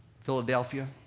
Philadelphia